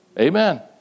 Amen